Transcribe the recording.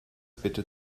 bitte